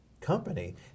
company